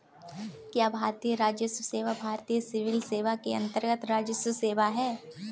क्या भारतीय राजस्व सेवा भारतीय सिविल सेवा के अन्तर्गत्त राजस्व सेवा है?